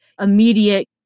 immediate